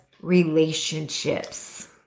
Relationships